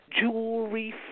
jewelry